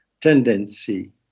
tendency